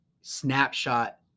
snapshot